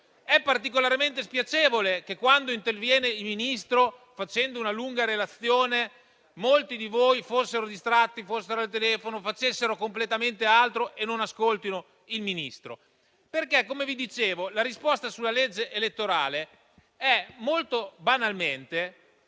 particolarmente spiacevole che quando è intervenuto il Ministro, facendo una lunga relazione, molti di voi fossero distratti, al telefono, facessero completamente altro e non l'ascoltassero, perché, come vi dicevo, la risposta sulla legge elettorale è molto banalmente